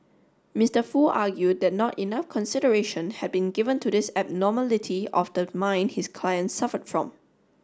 Mister Foo argued that not enough consideration had been given to this abnormality of the mind his client suffered from